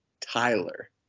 Tyler